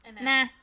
Nah